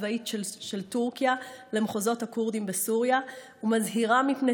הצבאית של טורקיה למחוזות הכורדים בסוריה ומזהירה מפני